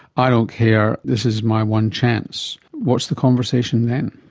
i don't care, this is my one chance. what's the conversation then?